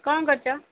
କ'ଣ କରୁଛ